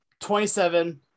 27